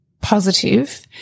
positive